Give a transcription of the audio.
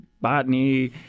botany